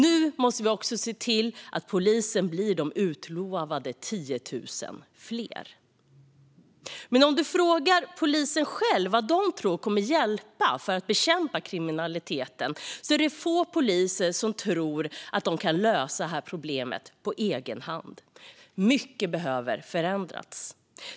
Nu måste vi också se till att poliserna blir 10 000 fler, som utlovat. Men om du frågar poliserna själva vad de tror kommer att hjälpa för att bekämpa kriminaliteten är det få som tror att de kan lösa detta problem på egen hand. Mycket behöver förändras.